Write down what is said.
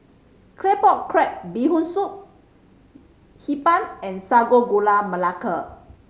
Claypot Crab Bee Hoon Soup Hee Pan and Sago Gula Melaka